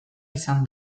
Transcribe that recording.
izan